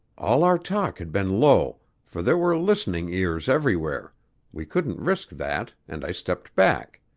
all our talk had been low, for there were listening ears everywhere we couldn't risk that, and i stepped back.